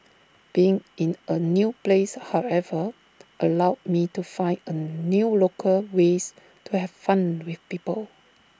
being in A new place however allowed me to find A new local ways to have fun with people